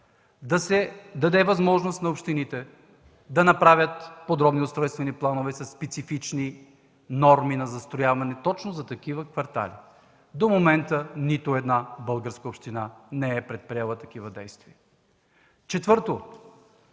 да се даде възможност на общините да направят подборни устройствени планове със специфични норми на застрояване точно за такива квартали. До момента нито една българска община не е предприела такива действия. Четвърто,